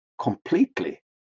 completely